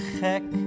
gek